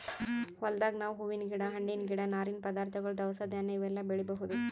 ಹೊಲ್ದಾಗ್ ನಾವ್ ಹೂವಿನ್ ಗಿಡ ಹಣ್ಣಿನ್ ಗಿಡ ನಾರಿನ್ ಪದಾರ್ಥಗೊಳ್ ದವಸ ಧಾನ್ಯ ಇವೆಲ್ಲಾ ಬೆಳಿಬಹುದ್